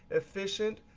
efficient,